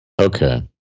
Okay